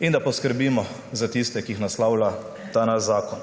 in da poskrbimo za tiste, ki jih naslavlja ta naš zakon.